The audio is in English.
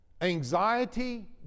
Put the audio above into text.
anxiety